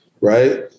right